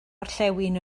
orllewin